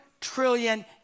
trillion